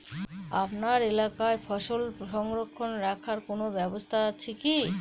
আপনার এলাকায় ফসল সংরক্ষণ রাখার কোন ব্যাবস্থা আছে কি?